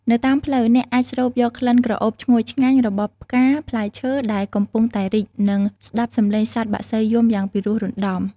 នៅតាមផ្លូវ អ្នកអាចស្រូបយកក្លិនក្រអូបឈ្ងុយឆ្ងាញ់របស់ផ្កាផ្លែឈើដែលកំពុងតែរីក និងស្តាប់សម្លេងសត្វបក្សីយំយ៉ាងពិរោះរណ្តំ។